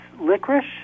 licorice